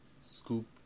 scoop